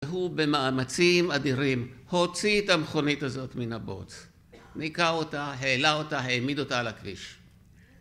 הוא במאמצים אדירים, הוציא את המכונית הזאת מן הבוץ, ניקה אותה, העלה אותה, העמיד אותה על הכביש